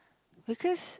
because